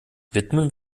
widmen